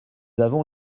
avons